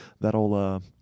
that'll